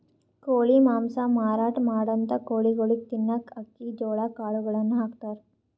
ಕೋಳಿ ಮಾಂಸ ಮಾರಾಟ್ ಮಾಡಂಥ ಕೋಳಿಗೊಳಿಗ್ ತಿನ್ನಕ್ಕ್ ಅಕ್ಕಿ ಜೋಳಾ ಕಾಳುಗಳನ್ನ ಹಾಕ್ತಾರ್